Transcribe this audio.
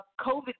COVID